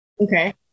Okay